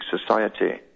society